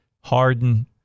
harden